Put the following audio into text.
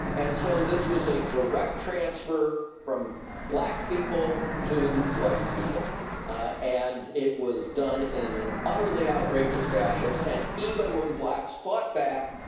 and so, this was a direct transfer from black people to white people and it was done in an utterly outrageous fashion. and even when blacks fought back,